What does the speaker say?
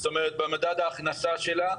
זאת אומרת במדד ההכנסה שלה,